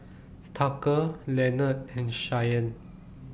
Tucker Leonard and Shyanne